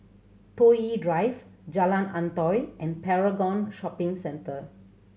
Toh Yi Drive Jalan Antoi and Paragon Shopping Centre